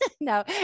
No